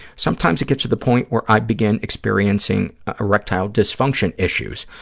sometimes it gets to the point where i begin experiencing erectile dysfunction issues.